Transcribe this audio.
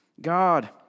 God